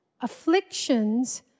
afflictions